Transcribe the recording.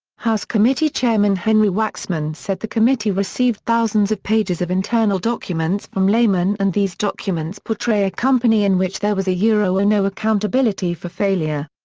house committee chairman henry waxman said the committee received thousands of pages of internal documents from lehman and these documents portray a company in which there was yeah and no accountability for failure.